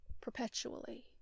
Perpetually